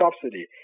subsidy